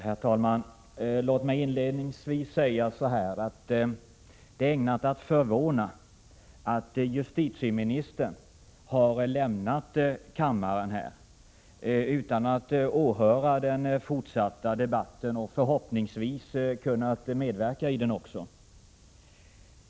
Herr talman! Låt mig inledningsvis säga att det är ägnat att förvåna att justitieministern har lämnat kammaren utan att åhöra den fortsatta debatten. Han hade förhoppningsvis kunnat medverka i debatten.